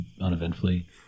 uneventfully